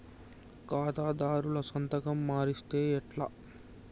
ఖాతాదారుల సంతకం మరిస్తే ఎట్లా?